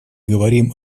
говорим